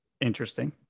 Interesting